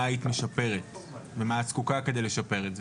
מה היית משפרת ולמה את זקוקה כדי לשפר את זה?